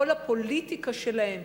כל הפוליטיקה שלהן,